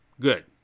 good